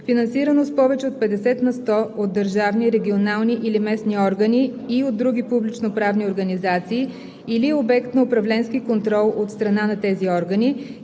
финансирано с повече от 50 на сто от държавни, регионални или местни органи или от други публичноправни организации; или е обект на управленски контрол от страна на тези органи;